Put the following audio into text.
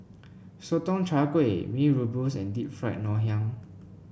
Sotong Char Kway Mee Rebus and Deep Fried Ngoh Hiang